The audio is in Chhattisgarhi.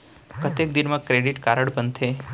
कतेक दिन मा क्रेडिट कारड बनते?